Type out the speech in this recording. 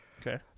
Okay